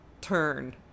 turn